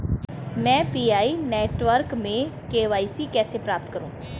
मैं PI network में KYC कैसे प्राप्त करूँ?